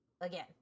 again